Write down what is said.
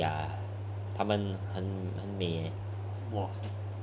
ya ya 他们很很美 eh